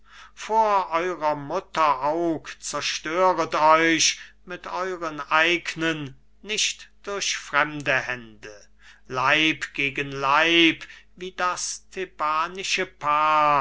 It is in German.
vor eurer mutter aug zerstöret euch mit euren eignen nicht durch fremde hände leib gegen leib wie das thebanische paar